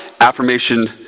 affirmation